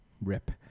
rip